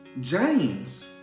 James